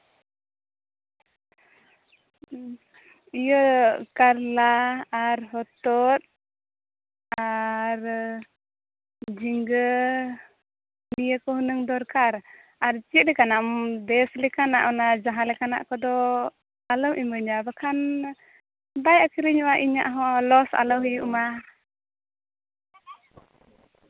ᱤᱭᱟᱹ ᱠᱟᱨᱞᱟ ᱟᱨ ᱦᱚᱛᱚᱫ ᱟᱨ ᱡᱷᱤᱸᱜᱟᱹ ᱱᱤᱭᱟᱹ ᱠᱚ ᱦᱩᱱᱟᱹᱝ ᱫᱚᱨᱠᱟᱨ ᱟᱨ ᱪᱮᱫ ᱞᱟᱠᱟᱱᱟᱜ ᱵᱮᱥ ᱞᱮᱠᱟᱱᱟᱜ ᱚᱱᱟ ᱡᱟᱦᱟᱸ ᱞᱮᱠᱟᱱᱟᱜ ᱠᱚᱫᱚ ᱟᱞᱚᱢ ᱤᱢᱟᱹᱧᱟᱹ ᱵᱟᱠᱷᱟᱱ ᱵᱟᱭ ᱟᱹᱠᱷᱨᱤᱧᱚᱜᱼᱟ ᱤᱧᱟᱹᱜ ᱦᱚᱸ ᱞᱚᱥ ᱟᱞᱚ ᱦᱩᱭᱩᱜ ᱢᱟ